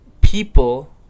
people